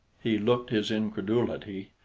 he looked his incredulity,